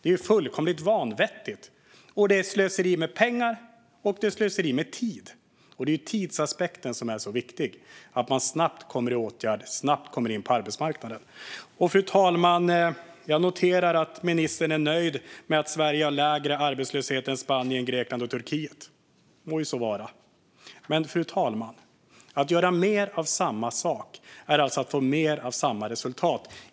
Det är fullkomligt vanvettigt. Det är slöseri med pengar, och det är slöseri med tid. Det är tidsaspekten som är så viktig, att man snabbt kommer i åtgärd och snabbt kommer in på arbetsmarknaden. Fru talman! Jag noterar att ministern är nöjd med att Sverige har lägre arbetslöshet än Spanien, Grekland och Turkiet. Det må så vara. Men att göra mer av samma sak, fru talman, är att få mer av samma resultat.